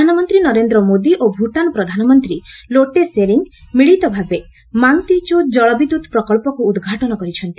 ପ୍ରଧାନମନ୍ତ୍ରୀ ନରେନ୍ଦ୍ର ମୋଦି ଓ ଭୁଟାନ୍ ପ୍ରଧାନମନ୍ତ୍ରୀ ଲୋଟେ ସେରିଙ୍ଗ୍ ମିଳିତ ଭାବେ ମାଙ୍ଗ୍ଦେଚୁ କଳ ବିଦ୍ୟୁତ୍ ପ୍ରକଳ୍ପକୁ ଉଦ୍ଘାଟନ କରିଚ୍ଚନ୍ତି